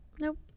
Nope